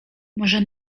może